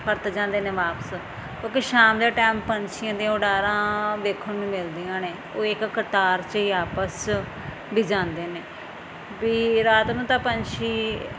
ਪਰਤ ਜਾਂਦੇ ਨੇ ਵਾਪਸ ਕਿਉਂਕਿ ਸ਼ਾਮ ਦੇ ਟੈਮ ਪੰਛੀਆਂ ਦੀਆਂ ਉਡਾਰਾਂ ਵੇਖਣ ਨੂੰ ਮਿਲਦੀਆਂ ਨੇ ਉਹ ਇੱਕ ਕਤਾਰ 'ਚ ਹੀ ਆਪਸ 'ਚ ਵੀ ਜਾਂਦੇ ਨੇ ਵੀ ਰਾਤ ਨੂੰ ਤਾਂ ਪੰਛੀ